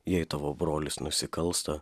jei tavo brolis nusikalsta